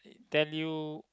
tell you